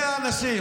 זה האנשים.